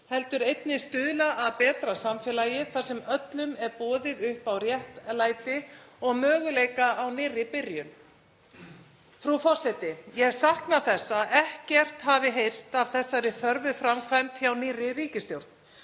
heldur einnig stuðla að betra samfélagi þar sem öllum er boðið upp á réttlæti og möguleika á nýrri byrjun. Frú forseti. Ég hef saknað þess að ekkert hafi heyrst af þessari þörfu framkvæmd hjá nýrri ríkisstjórn.